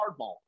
hardball